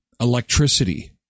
electricity